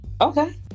okay